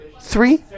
three